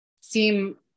seem